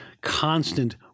constant